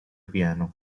piano